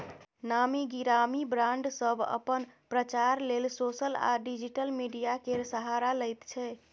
नामी गिरामी ब्राँड सब अपन प्रचार लेल सोशल आ डिजिटल मीडिया केर सहारा लैत छै